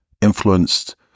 influenced